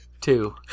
Two